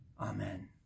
Amen